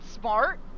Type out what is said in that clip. smart